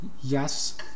Yes